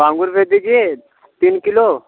बांगूर भेज दीजिए तीन किलो